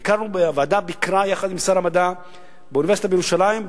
הוועדה ביקרה יחד עם שר המדע באוניברסיטה בירושלים,